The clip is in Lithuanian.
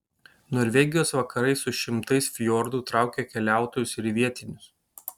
norvegijos vakarai su šimtais fjordų traukia keliautojus ir vietinius